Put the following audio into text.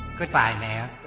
good bye, mayor.